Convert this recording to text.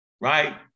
right